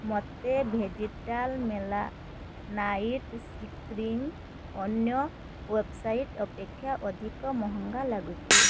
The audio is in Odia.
ମୋତେ vegetal melanite C cream ଅନ୍ୟ ୱେବ୍ସାଇଟ୍ ଅପେକ୍ଷା ଅଧିକ ମହଙ୍ଗା ଲାଗୁଛି